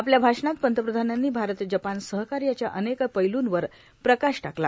आपल्या भाषणात पंतप्रधानांनी भारत जपान सहकार्याच्या अनेक पैलूंवर प्रकाश टाकला